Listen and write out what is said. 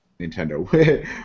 Nintendo